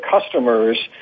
customers